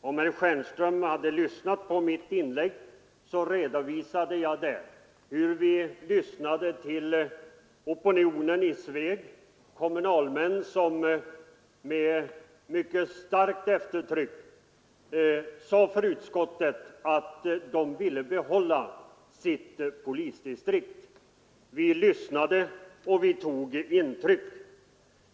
Om herr Stjernström hade lyssnat till mitt inlägg, skulle han ha uppmärksammat att jag redovisade hur vi lyssnade till opinionen i Sveg, kommunalmän som med mycket starkt eftertryck talade om för utskottet att de ville behålla sitt polisdistrikt. Vi lyssnade och tog intryck.